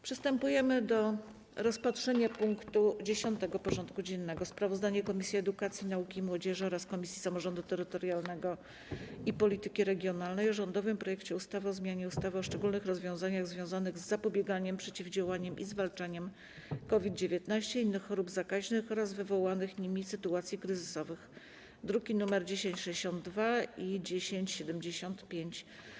Przystępujemy do rozpatrzenia punktu 10. porządku dziennego: Sprawozdanie Komisji Edukacji, Nauki i Młodzieży oraz Komisji Samorządu Terytorialnego i Polityki Regionalnej o rządowym projekcie ustawy o zmianie ustawy o szczególnych rozwiązaniach związanych z zapobieganiem, przeciwdziałaniem i zwalczaniem COVID-19, innych chorób zakaźnych oraz wywołanych nimi sytuacji kryzysowych (druki nr 1062 i 1075)